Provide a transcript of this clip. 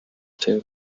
too